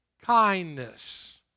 kindness